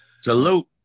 Salute